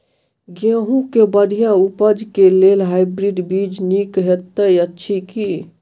गेंहूँ केँ बढ़िया उपज केँ लेल हाइब्रिड बीज नीक हएत अछि की?